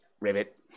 Ribbit